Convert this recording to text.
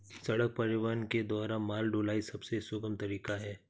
सड़क परिवहन के द्वारा माल ढुलाई सबसे सुगम तरीका है